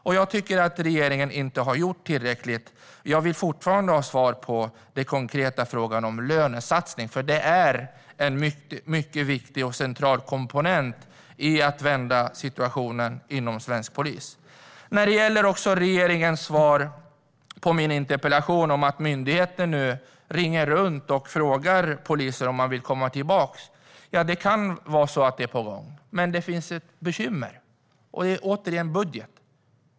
Jag tycker inte att regeringen har gjort tillräckligt mycket. Jag vill fortfarande ha svar på den konkreta frågan om lönesatsning. Det är en mycket viktig och central komponent för att vända situationen inom svensk polis. Regeringen svarar på min interpellation att myndigheten nu ringer runt och frågar poliser om de vill komma tillbaka. Det kan vara på gång. Men det finns ett bekymmer. Det handlar återigen om budget.